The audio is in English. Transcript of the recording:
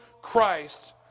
Christ